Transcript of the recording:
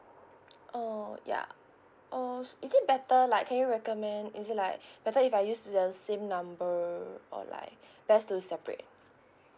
oh ya or is it better like can you recommend is it like better if I use the same number or like best to separate